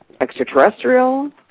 extraterrestrial